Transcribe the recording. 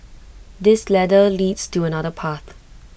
this ladder leads to another path